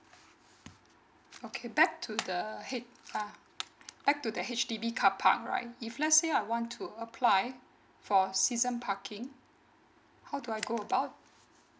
okay back to the back to the H_D_B carpark right if let's say I want to apply for season parking how do I go about